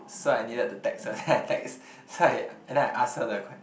so I needed to text her then I text so I and then I ask her the